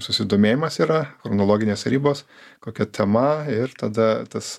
susidomėjimas yra chronologinės ribos kokia tema ir tada tas